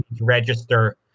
register